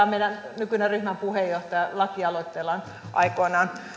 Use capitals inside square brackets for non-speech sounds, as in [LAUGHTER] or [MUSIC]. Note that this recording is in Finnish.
[UNINTELLIGIBLE] on meidän nykyinen ryhmän puheenjohtaja lakialoitteellaan aikoinaan